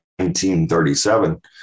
1937